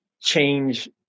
change